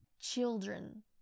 Children